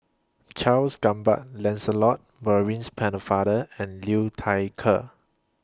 Charles Gamba Lancelot Maurice Pennefather and Liu Thai Ker